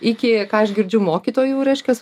iki ką aš girdžiu mokytojų reiškias